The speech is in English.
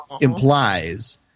implies